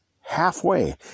halfway